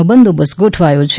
નો બંદોબસ્ત ગોઠવાયો છે